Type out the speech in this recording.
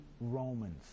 Romans